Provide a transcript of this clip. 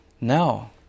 No